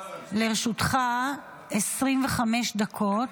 לרשותך 25 דקות.